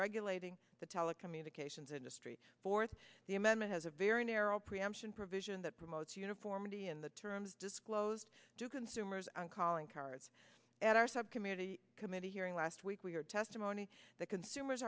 regulating the telecommunications industry fourth the amendment has a very narrow preemption provision that promotes uniformity in the terms disclosed to consumers on calling cards at our subcommittee committee hearing last week we are testimony that consumers